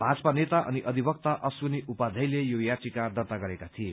भाजपा नेता अनि अधिवक्ता अश्वनी उपाध्यायले यो याचिका दर्ता गरेका थिए